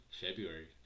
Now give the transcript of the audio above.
February